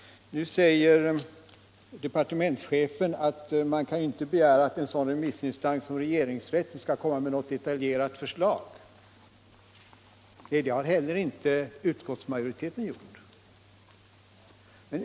Nu sade departementschefen att man inte kan begära att en sådan remissinstans som regeringsrätten skall komma med något detaljerat förslag. Nej, det har intyheller utskottsmajoriteten gjort.